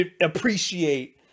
appreciate